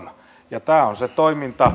tämä on se toiminta